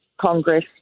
Congress